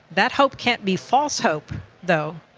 that hope can't be false hope though,